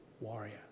warrior